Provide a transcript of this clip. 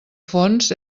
fons